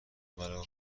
مرا